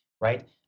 right